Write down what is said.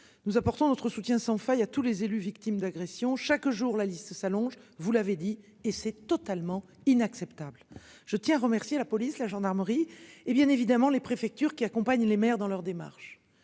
nous apportons notre soutien sans faille à tous les élus victimes d'agressions, chaque jour, la liste s'allonge vous l'avez dit et c'est totalement inacceptable. Je tiens à remercier la police, la gendarmerie et bien évidemment les préfectures qui accompagne les maires dans leur démarche.